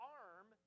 arm